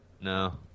No